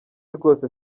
rwose